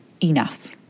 enough